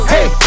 Hey